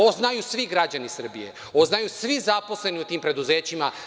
Ovo znaju svi građani Srbije, ovo znaju svi zaposleni u tim preduzećima.